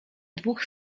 dwóch